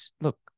look